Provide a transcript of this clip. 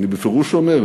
אני בפירוש אומר,